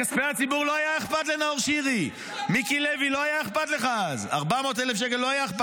הקמתם תאג"ד שלם של לוגיסטיקה --- מה,